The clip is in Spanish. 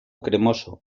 cremoso